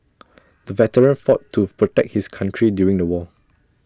the veteran fought to protect his country during the war